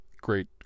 Great